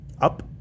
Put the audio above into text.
Up